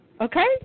Okay